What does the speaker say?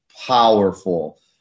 powerful